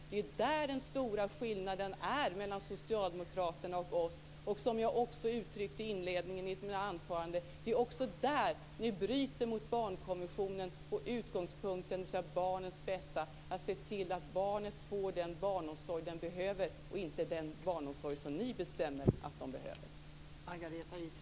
Det är där den stora skillnaden finns mellan Socialdemokraterna och oss. Det är också där, som jag också uttryckte i inledningen av mitt anförande, som ni bryter mot barnkonventionen och utgångspunkten i den, dvs. barnens bästa. Det gäller att se till att barnen får den barnomsorg de behöver och inte den barnomsorg som ni bestämmer att de behöver.